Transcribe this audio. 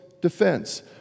defense